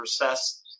process